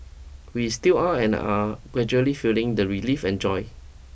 we still are and are gradually feeling the relief and joy